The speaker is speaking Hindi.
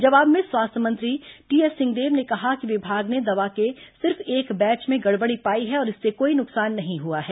जवाब में स्वास्थ्य मंत्री टीएस सिंहदेव ने कहा कि विभाग ने दवा के सिर्फ एक बैच में गड़बड़ी पाई है और इससे कोई नुकसान नहीं हुआ है